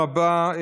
תודה רבה,